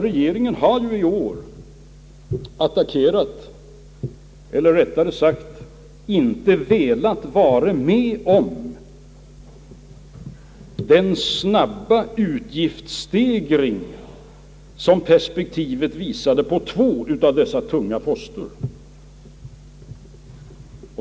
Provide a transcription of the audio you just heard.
Regeringen har ju i år attackerat — eller rättare sagt inte velat vara med om — den snabba utgiftsstegring som perspektiven visade på två av dessa tunga poster.